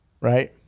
right